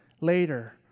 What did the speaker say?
later